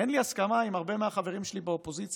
אין לי הסכמה עם הרבה מהחברים שלי באופוזיציה